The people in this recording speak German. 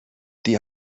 die